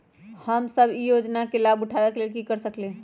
हम सब ई योजना के लाभ उठावे के लेल की कर सकलि ह?